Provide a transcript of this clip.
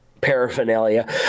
paraphernalia